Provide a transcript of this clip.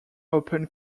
open